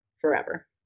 forever